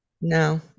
No